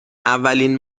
اولین